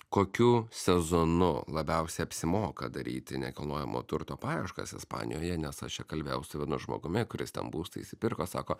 kokiu sezonu labiausiai apsimoka daryti nekilnojamo turto paieškas ispanijoje nes aš čia kalbėjau su vienu žmogumi kuris ten būstą išsipirko sako